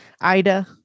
Ida